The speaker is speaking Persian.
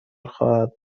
خواهد